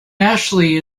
ashley